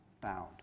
bound